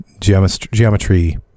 geometry